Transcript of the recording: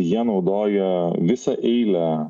jie naudoja visą eilę